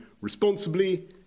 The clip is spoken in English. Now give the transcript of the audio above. responsibly